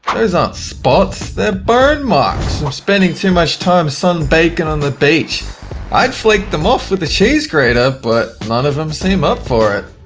those aren't spots, they're burn marks from spending too much time sunbaking on the beach i'd flake them off with a cheese grater but none of them seem up for it,